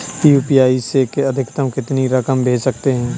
UPI से अधिकतम कितनी रकम भेज सकते हैं?